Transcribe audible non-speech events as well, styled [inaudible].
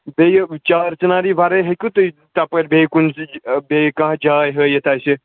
بیٚیہِ چار چِناری وَرٲے ہیٚکوٕ تُہۍ تَپٲرۍ بیٚیہِ کُنۍ [unintelligible] بیٚیہِ کانٛہہ جاے ہٲیِتھ اَسہِ